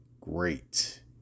great